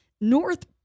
north